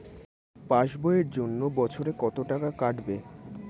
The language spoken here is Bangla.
পাস বইয়ের জন্য বছরে কত টাকা কাটবে?